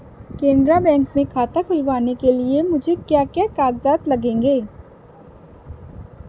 Canara bank में खाता खुलवाने के लिए मुझे क्या क्या कागजात लगेंगे?